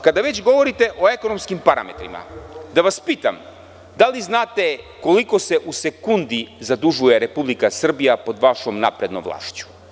Kada već govorite o ekonomskim parametrima da vas pitam – da li znate koliko se u sekundi zadužuje Republika Srbija pod vašom naprednom vlašću?